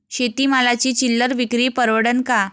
शेती मालाची चिल्लर विक्री परवडन का?